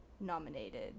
nominated